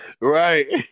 Right